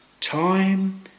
Time